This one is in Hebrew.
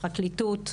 הפרקליטות.